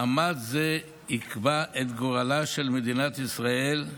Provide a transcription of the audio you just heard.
מאמץ זה יקבע את גורלה של מדינת ישראל,